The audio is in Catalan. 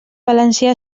valencià